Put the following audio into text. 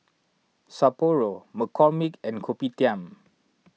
Sapporo McCormick and Kopitiam